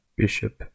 bishop